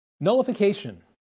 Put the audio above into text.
Nullification